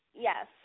Yes